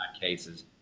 cases